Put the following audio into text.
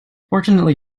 fortunately